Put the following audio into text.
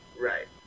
Right